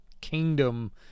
kingdom